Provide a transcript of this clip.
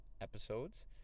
episodes